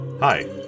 Hi